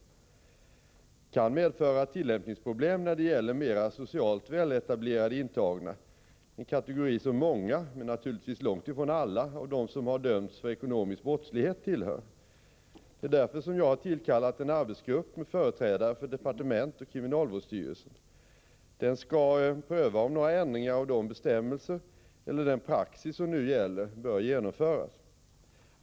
Det kan medföra tillämpningsproblem när det gäller mera socialt väletablerade intagna, en kategori som många — men naturligtvis långt ifrån alla — av dem som har dömts för ekonomiska brott tillhör. Det är därför som jag har tillkallat en arbetsgrupp med företrädare för departementet och kriminalvårdsstyrelsen. Den skall pröva om några ändringar av de bestämmelser eller den praxis som nu gäller bör genomföras.